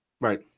Right